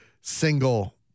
single